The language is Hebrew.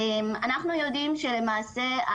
אנחנו יודעים שלמעשה,